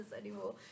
anymore